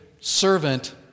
servant